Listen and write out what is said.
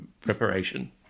preparation